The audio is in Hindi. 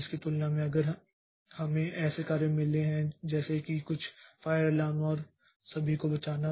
इसकी तुलना में अगर हमें ऐसे कार्य मिले हैं जैसे की कुछ फायर अलार्म और सभी को बचाना